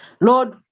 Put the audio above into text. Lord